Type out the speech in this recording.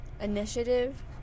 initiative